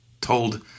told